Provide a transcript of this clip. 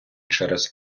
через